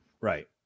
Right